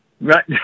Right